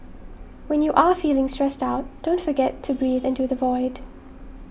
when you are feeling stressed out don't forget to breathe into the void